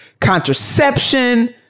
contraception